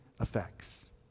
effects